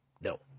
No